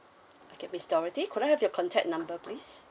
okay miss dorothy could I have your contact number please